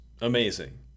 amazing